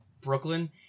Brooklyn